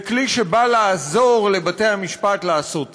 זה כלי שבא לעזור לבתי-המשפט לעשות צדק,